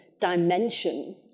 dimension